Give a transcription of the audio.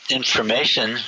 information